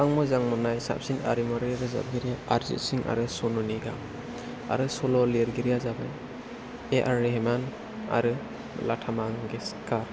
आं मोजां मोननाय साबसिन रोजाबगिरि आर्जित सिं आरो सनु निगाम आरो सल' लिरगिरिया जाबाय ए आर रेहमान आरो लाता मांगेस्कार